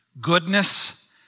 Goodness